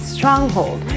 Stronghold